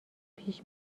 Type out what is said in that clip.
پیش